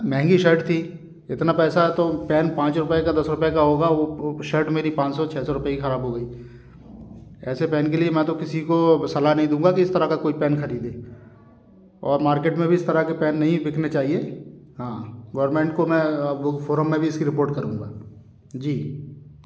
महंगी शर्ट थी इतना पैसा तो पेन पाँच रुपये का दस रुपये का होगा वो वो शर्ट मेरी पाँच सौ छः सौ रुपये की ख़राब हो गई ऐसे पेन के लिए मैं तो किसी को सलाह नहीं दूँगा कि इस तरह का कोई पेन ख़रीदे और मार्केट में भी इस तरह के पेन नहीं बिकने चाहिए हाँ गवर्नमेंट को मैं वो फोरम में भी इसकी रिपोर्ट करूँगा जी